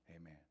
Amen